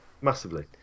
Massively